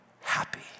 happy